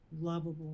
lovable